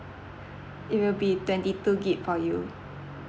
it will be twenty two gig for you